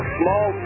small